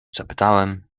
zapytałem